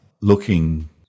looking